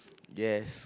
yes